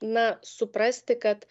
na suprasti kad